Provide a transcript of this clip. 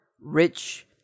rich